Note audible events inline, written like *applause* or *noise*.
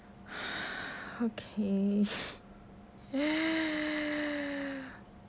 *breath* okay *breath*